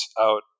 out